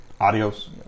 Adios